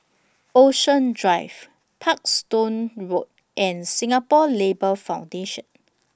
Ocean Drive Parkstone Road and Singapore Labour Foundation